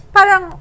Parang